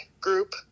group